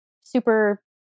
super